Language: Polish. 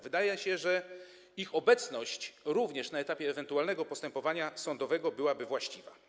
Wydaje się, że ich obecność również na etapie ewentualnego postępowania sądowego byłaby właściwa.